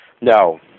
no